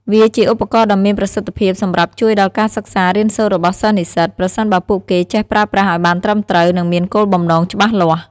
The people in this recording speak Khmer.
វាជាឧបករណ៍ដ៏មានប្រសិទ្ធភាពសម្រាប់ជួយដល់ការសិក្សារៀនសូត្ររបស់សិស្សនិស្សិត ប្រសិនបើពួកគេចេះប្រើប្រាស់ឲ្យបានត្រឹមត្រូវ និងមានគោលបំណងច្បាស់លាស់។